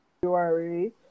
February